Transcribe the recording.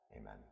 Amen